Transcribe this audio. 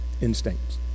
instincts